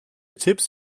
tipps